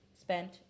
spent